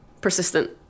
persistent